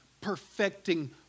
perfecting